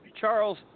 Charles